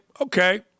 Okay